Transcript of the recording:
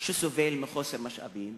שסובל מחוסר משאבים,